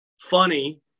funny